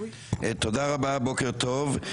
תודה רבה, בוקר טוב.